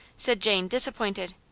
said jane, disappointed.